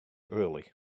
early